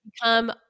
become